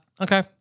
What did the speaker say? Okay